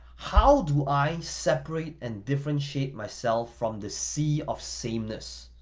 how do i separate and differentiate myself from the sea of sameness?